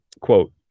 quote